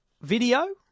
video